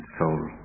soul